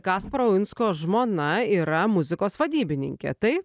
kasparo uinsko žmona yra muzikos vadybininkė tai